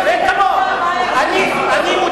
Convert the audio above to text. אני אומרת, מזל שאתה נשארת.